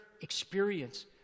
experience